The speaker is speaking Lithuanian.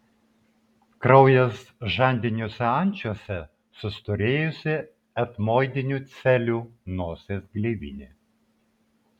kraujas žandiniuose ančiuose sustorėjusi etmoidinių celių nosies gleivinė